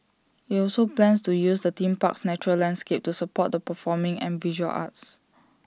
IT also plans to use the theme park's natural landscape to support the performing and visual arts